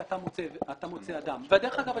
אני אומר שברגע שאתה מוצא אדם ודרך אגב,